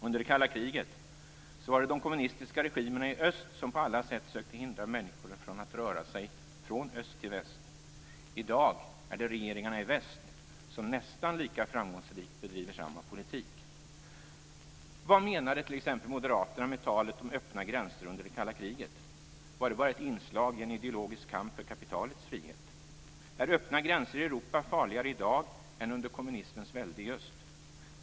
Under det kalla kriget var det de kommunistiska regimerna i öst som på alla sätt sökte hindra människor att röra sig från öst till väst. I dag är det regeringarna i väst som nästan lika framgångsrikt bedriver samma politik. Vad menade t.ex. moderaterna med talet om öppna gränser under det kalla kriget? Var det bara ett inslag i en ideologisk kamp för kapitalets frihet? Är öppna gränser i Europa farligare i dag än under kommunismens välde i öst?